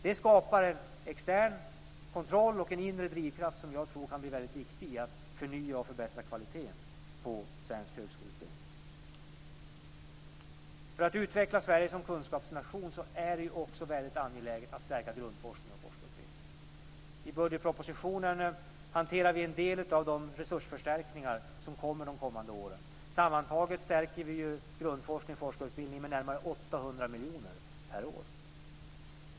Det skapar en extern kontroll och en inre drivkraft som jag tror kan bli väldigt viktig när det gäller att förnya och förbättra kvaliteten på svensk högskoleutbildning. För att utveckla Sverige som kunskapsnation är det också väldigt angeläget att stärka grundforskningen och forskarutbildningen. I budgetpropositionen hanterar vi en del av de resursförstärkningar som kommer de kommande åren. Sammantaget stärker vi grundforskningen och forskarutbildningen med närmare 800 miljoner per år.